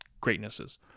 greatnesses